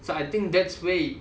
so I think that's where it